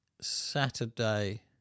Saturday